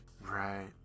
Right